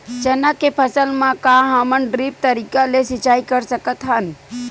चना के फसल म का हमन ड्रिप तरीका ले सिचाई कर सकत हन?